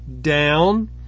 down